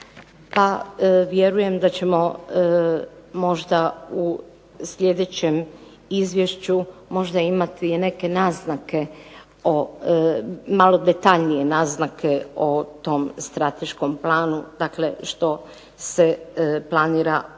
pa vjerujem da ćemo možda u sljedećem izvješću možda imati i neke naznake, malo detaljnije naznake o tom strateškom planu. Dakle, što se planira u